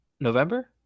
November